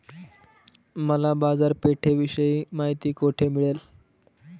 मला बाजारपेठेविषयी माहिती कोठे मिळेल?